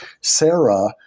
Sarah